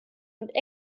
und